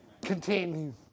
Continue